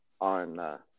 on